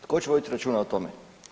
Tko će voditi računa o tome?